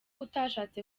utashatse